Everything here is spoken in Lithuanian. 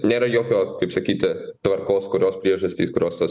nėra jokio kaip sakyti tvarkos kurios priežastys kurios tos